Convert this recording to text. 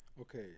Okay